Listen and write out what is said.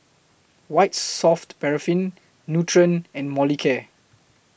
White Soft Paraffin Nutren and Molicare